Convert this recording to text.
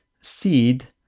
seed